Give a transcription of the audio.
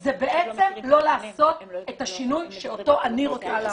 זה בעצם לא לעשות את השינוי שאותו אני רוצה לעשות.